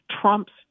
Trump's